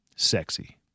Sexy